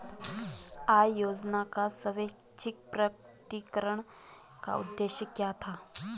आय योजना का स्वैच्छिक प्रकटीकरण का उद्देश्य क्या था?